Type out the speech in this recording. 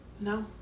no